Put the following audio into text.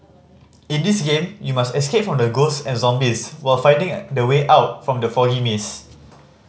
in this game you must escape from ghosts and zombies while finding the way out from the foggy maze